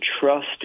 trust